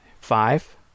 five